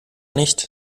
nicht